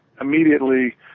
immediately